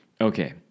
okay